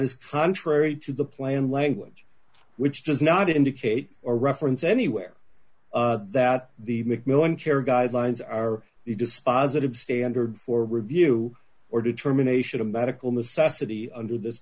is contrary to the plan language which does not indicate or reference anywhere that the macmillan care guidelines are the dispositive standard for review or determination of medical necessity under this